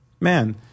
Man